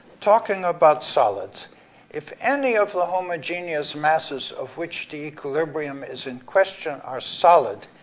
talking about solids if any of the homogeneous masses of which the equilibrium is in question are solid,